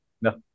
No